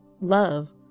love